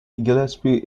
gillespie